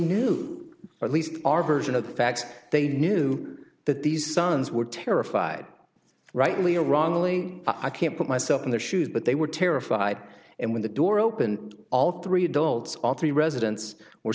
knew at least our version of the facts they knew that these sons were terrified rightly or wrongly i can't put myself in their shoes but they were terrified and when the door opened all three adults all three residen